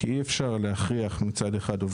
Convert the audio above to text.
כי אי אפשר להכריח עובדים,